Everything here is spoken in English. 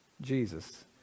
Jesus